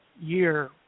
year